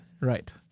right